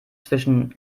zwischen